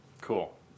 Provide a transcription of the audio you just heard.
Cool